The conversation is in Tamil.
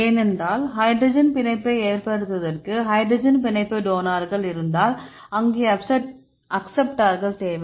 ஏனென்றால் ஹைட்ரஜன் பிணைப்பை ஏற்படுத்துவதற்கு ஹைட்ரஜன் பிணைப்பு டோனார்கள் இருந்தால் அங்கே அக்சப்ட்டார்கள் தேவை